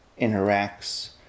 interacts